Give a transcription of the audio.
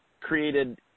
created